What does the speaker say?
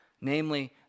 namely